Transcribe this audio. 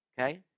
okay